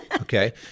okay